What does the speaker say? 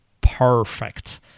perfect